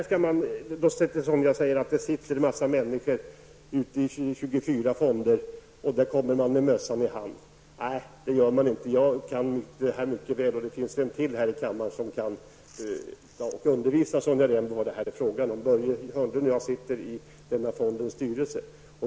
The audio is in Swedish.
Sonja Rembo säger att det sitter en massa människor i 24 fonder och väntar på att folk skall komma med mössan i hand. Det gör man inte. Jag känner till detta mycket väl, och det finns även en annan person här i kammaren som kan undervisa Sonja Rembo om vad detta är fråga om. Börje Hörnlund och jag sitter i denna fonds styrelse.